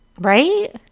Right